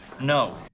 no